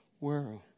world